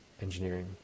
engineering